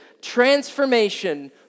transformation